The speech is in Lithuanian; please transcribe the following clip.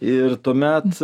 ir tuomet